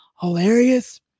hilarious